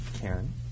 Karen